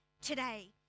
today